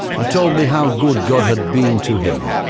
and told me how good god had been to him,